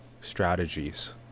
strategies